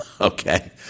Okay